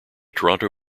toronto